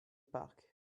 park